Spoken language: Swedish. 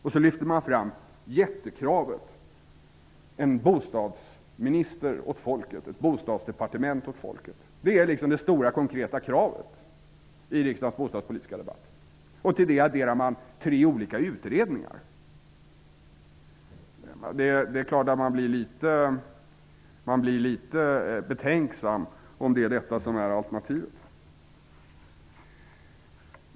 Man lyfter fram ett jättekrav: en bostadsminister och ett bostadsdepartement åt folket! Det är det stora konkreta kravet i riksdagens bostadspolitiska debatt. Till det adderar man tre olika utredningar. Det är klart att jag blir litet betänksam om det är detta som är alternativet.